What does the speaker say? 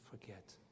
forget